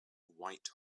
white